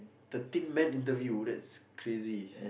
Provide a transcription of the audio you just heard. thirteen man interview that's crazy